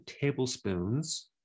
tablespoons